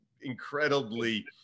incredibly